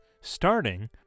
starting